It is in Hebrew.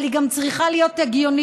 אבל היא גם צריכה להיות הגיונית.